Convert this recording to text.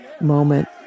moment